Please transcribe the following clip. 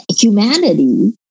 humanity